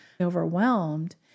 overwhelmed